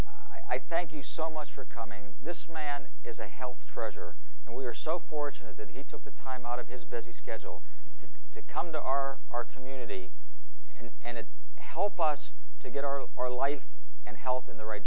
i thank you so much for coming this man is a health treasure and we are so fortunate that he took the time out of his busy schedule to come to our our community and and help us to get our our life and health in the right